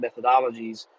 methodologies